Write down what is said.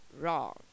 Wrong